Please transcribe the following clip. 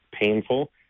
painful